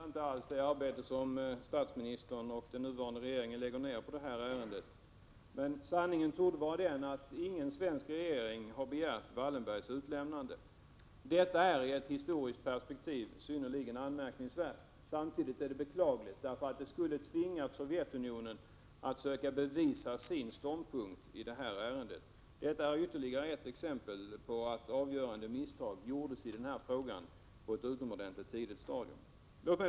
Herr talman! Jag betvivlar inte alls att statsministern och den nuvarande regeringen lägger ner arbete på detta. Men sanningen torde vara att ingen svensk regering har begärt att Raoul Wallenberg skall utlämnas. Detta är i ett historiskt perspektiv synnerligen anmärkningsvärt. Samtidigt är det beklagligt, eftersom det skulle ha tvingat Sovjetunionen att söka bevisa sin ståndpunkt i detta ärende. Detta är ytterligare ett exempel på att avgörande misstag gjordes i denna fråga på ett utomordentligt tidigt stadium.